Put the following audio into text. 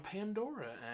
Pandora